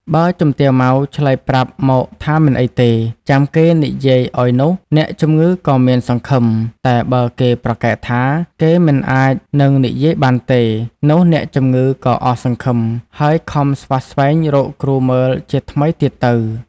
បើជំទាវ ម៉ៅ ឆ្លើយប្រាប់មកថាមិនអីទេ ចាំគេនិយាយឲ្យនោះ អ្នកជំងឺក៏មានសង្ឃឹម តែបើគេប្រកែកថា គេមិនអាចនឹងនិយាយបានទេ នោះអ្នកជំងឺក៏អស់សង្ឃឹម ហើយខំស្វះស្វែងរកគ្រូមើលជាថ្មីទៀតទៅ ។